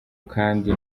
kandi